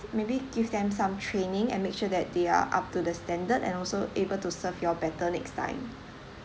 maybe give them some training and make sure that they are up to the standard and also able to serve you all better next time